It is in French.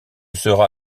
sera